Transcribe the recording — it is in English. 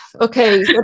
Okay